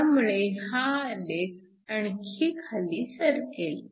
त्यामुळे हा आलेख आणखी खाली सरकेल